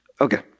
Okay